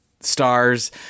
stars